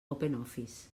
openoffice